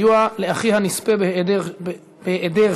סיוע לאחי הנספה בהיעדר שכול),